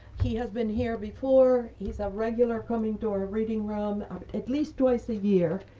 he has been here before. he's a regular coming to our reading room at least twice a year.